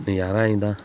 नजारा आई जंदा